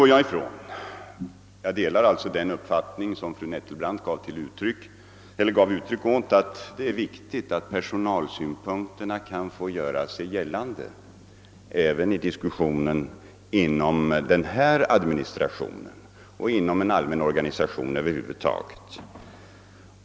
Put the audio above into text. Jag delar den uppfattning som fru Nettelbrandt gav uttryck åt att det är viktigt att personalsynpunkterna kan få göra sig gällande även i diskussionen inom denna administration och inom administrationen över huvud taget.